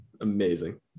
amazing